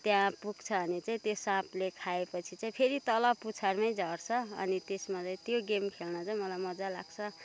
त्यहाँ पुग्छ भने चाहिँ त्यो साँपले खायोपछि चाहिँ फेरि तल पुछारमै झर्छ अनि त्यसमा चाहिँ त्यो गेम खेल्न चाहिँ मलाई मजा लाग्छ